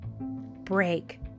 break